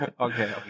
okay